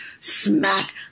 smack